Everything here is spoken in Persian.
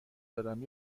دارم